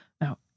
Now